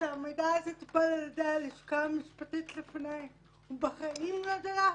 כשהמידע הזה טופל על ידי הלשכה המשפטית לפניי בחיים לא דלף.